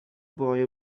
boy